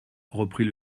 reprit